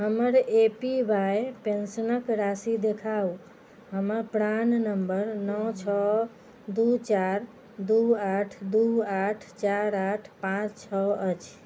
हमर A P Y पेंशनक राशि देखाउ हमर प्राण नम्बर नओ छओ दू चारि दू आठ दू आठ चार आठ पांँच छओ अछि